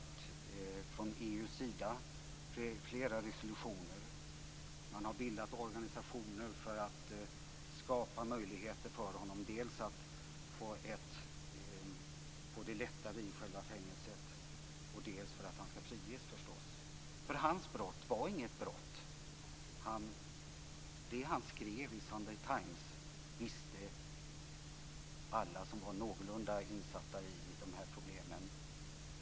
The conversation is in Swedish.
Det har från EU:s sida varit flera resolutioner. Man har bildat organisationer för att skapa möjligheter dels för att han skall få det lättare i själva fängelset, dels förstås för att han skall bli frigiven. För hans brott var inget brott. Det han skrev i Sunday Times visste alla som var någorlunda insatta i de här problemen redan om.